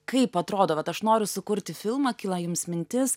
kaip atrodo vat aš noriu sukurti filmą kyla jums mintis